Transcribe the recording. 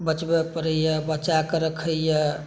बचबै परै यऽ बचा के रखै यऽ